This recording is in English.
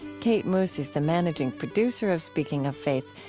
kate moos is the managing producer of speaking of faith.